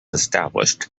established